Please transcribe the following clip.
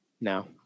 No